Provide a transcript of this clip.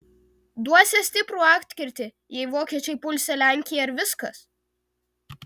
duosią stiprų atkirtį jei vokiečiai pulsią lenkiją ir viskas